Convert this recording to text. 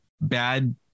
bad